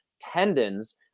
tendons